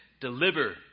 Deliver